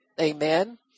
amen